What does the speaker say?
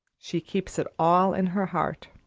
she keeps it all in her heart.